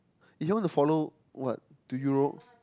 if you all wanna follow what to Europe